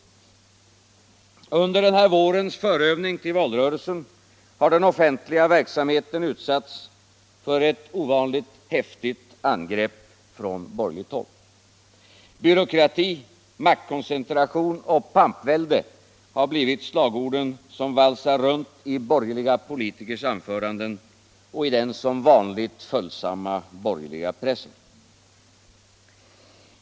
Under den här vårens förövning till valrörelsen har den offentliga verksamheten utsatts för ett osedvanligt häftigt angrepp från borgerligt håll. Byråkrati, maktkoncentration och pampvälde har blivit slagord som valsar runt i borgerliga politikers anföranden och i den som vanligt följsamma borgerliga pressen.